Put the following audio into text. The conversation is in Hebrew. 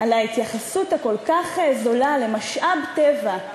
על ההתייחסות הכל-כך זולה למשאב טבע,